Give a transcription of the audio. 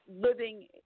living